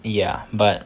ya but